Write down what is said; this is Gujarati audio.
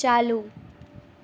ચાલુ